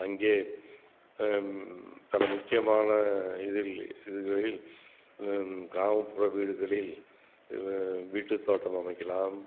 அங்கே பல முக்கியமான இதில் இதுகளில் கிராமப்புற வீடுகளில் வீட்டுத்தோட்டம் அமைக்கலாம்